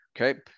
okay